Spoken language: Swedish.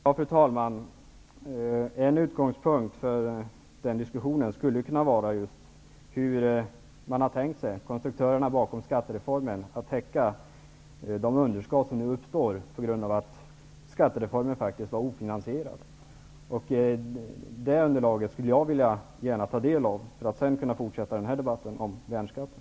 Fru talman! En utgångspunkt för den diskussionen skulle kunna vara just hur konstruktörerna bakom skattereformen har tänkt sig att täcka de underskott som nu uppstår på grund av att skattereformen faktiskt var ofinansierad. Ett sådant underlag skulle jag vilja ta del av för att sedan kunna fortsätta den här debatten om värnskatten.